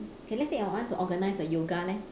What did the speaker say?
okay let's say I want to organise a yoga leh